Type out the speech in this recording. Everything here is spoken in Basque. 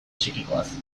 psikikoaz